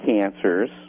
cancers